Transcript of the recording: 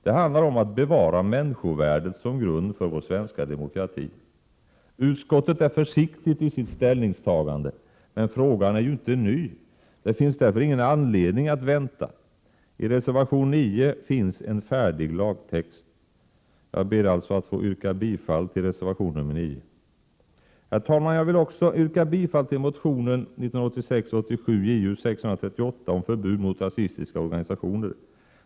Det handlar om att bevara människovärdet som grund för vår svenska demokrati. Utskottet är försiktigt i sitt ställningstagande, men frågan är ju inte ny. Det finns därför ingen anledning att vänta. I reservation 9 finns en färdig lagtext. Jag ber att få yrka bifall till reservation 9. Herr talman! Jag vill också yrka bifall till motion 1986/87:Ju638 om förbud mot rasistiska organisationer.